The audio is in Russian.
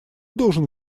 должен